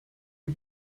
die